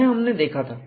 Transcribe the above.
यह हमने देखा था